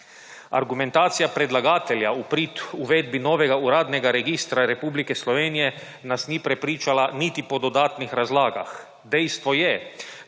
Argumentacija predlagatelja v prid uvedbi novega uradnega registra Republike Slovenije nas ni prepričala niti po dodatnih razlagah. Dejstvo je,